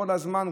כל הזמן,